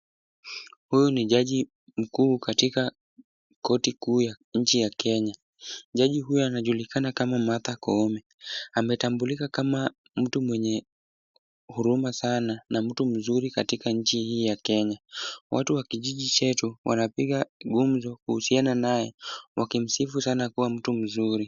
Huyu ni jaji mkuu katika korti kuu ya nchi ya Kenya. Jaji huyu anajulikana kama Martha Koome ametambulika kama mtu mwenye huruma sana na mtu mzuri katika nchi hii ya Kenya. Watu wa kijiji chetu wanapiga gumzo kuhusiana naye wakimsifu sana kuwa mtu mzuri.